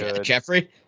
Jeffrey